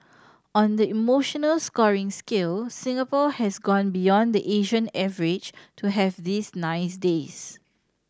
on the emotional scoring scale Singapore has gone beyond the Asian average to have these nice days